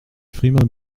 firmin